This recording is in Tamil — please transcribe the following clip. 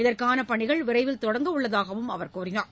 இதற்கான பணிகள் விரைவில் தொடங்கவுள்ளதாகவும் அவர் கூறினார்